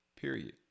Period